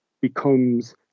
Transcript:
becomes